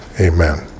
Amen